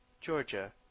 Georgia